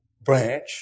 branch